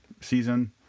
season